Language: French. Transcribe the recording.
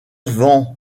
van